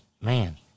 man